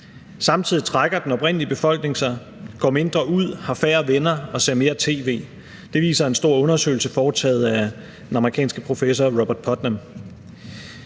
Samtidig trækker den oprindelige befolkning sig, går mindre ud, har færre venner og ser mere tv. Det viser en stor undersøgelse foretaget af den amerikanske professor Robert D. Putnam,